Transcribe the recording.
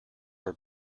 were